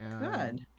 Good